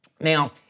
Now